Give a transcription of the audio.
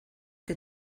que